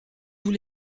tous